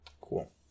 Cool